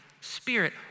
spirit